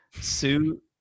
Sue